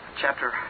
Chapter